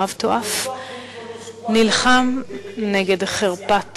הרב טואף נלחם נגד חרפת